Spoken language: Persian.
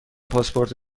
پاسپورت